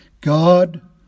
God